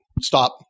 Stop